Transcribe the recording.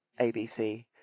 ABC